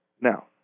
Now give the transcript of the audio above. Now